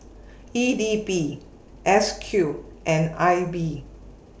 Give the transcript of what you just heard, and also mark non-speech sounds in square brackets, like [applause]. [noise] E D B S Q and I B